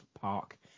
Park